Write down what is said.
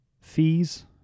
fees